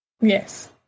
Yes